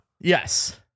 Yes